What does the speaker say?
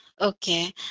Okay